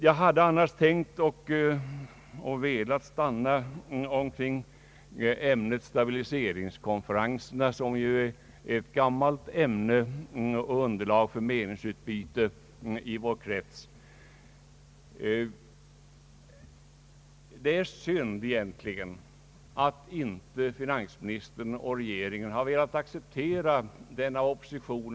Jag hade också tänkt uppehålla mig något vid ämnet stabiliseringskonferenser som ju är ett gammalt ämne och underlag för meningsutbyte i vår krets. Det är synd att inte finansministern och regeringen har velat acceptera den av oppositionen Ang.